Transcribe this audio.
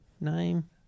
Name